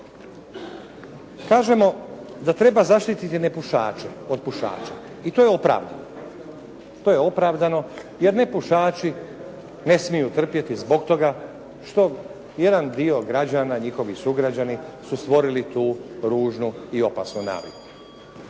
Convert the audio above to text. Kažemo da treba zaštiti nepušače od pušača i to je opravdano. To je opravdano jer nepušači ne smiju trpjeti zbog toga što jedan dio građana, njihovi sugrađani su stvorili tu ružnu i opasnu naviku.